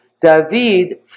David